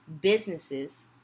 businesses